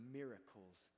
miracles